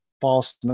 false